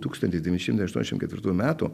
tūkstantis devyni šimtai aštuoniašim ketvirtų metų